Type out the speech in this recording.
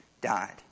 died